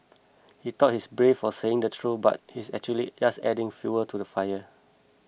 he thought he's brave for saying the truth but he's actually just adding fuel to the fire